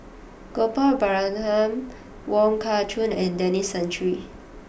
Gopal Baratham Wong Kah Chun and Denis Santry